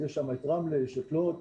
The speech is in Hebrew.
יש את רמלה, לוד,